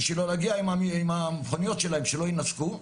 בשביל לא להגיע עם המכוניות שלהם שלא ינזקו.